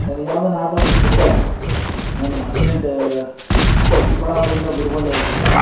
ಸರಿ ಯಾವ್ದಾನ ಆಟೋ ಸಿಕ್ಕಿದರೆ ನಾನು ಅರ್ಜೆಂಟ್ ಚಿಕ್ಕಬಳ್ಳಾಪುರದಿಂದ ಗುಡಿಬಂಡೆಗೆ ಹೋಗಬೇಕು